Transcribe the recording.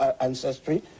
ancestry